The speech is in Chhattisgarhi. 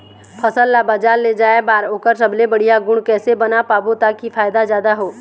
फसल ला बजार ले जाए बार ओकर सबले बढ़िया गुण कैसे बना पाबो ताकि फायदा जादा हो?